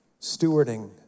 stewarding